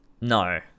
No